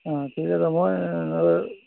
অ ঠিক আছে মই